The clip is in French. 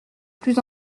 plus